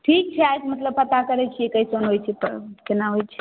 ठीक छै आइके मतलब पता करै छियै कइसन होइ छै परब केना होइ छै